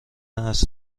است